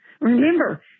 Remember